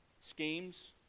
schemes